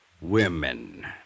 Women